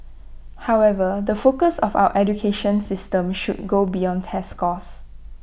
however the focus of our education system should go beyond test scores